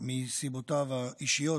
מסיבותיו האישיות,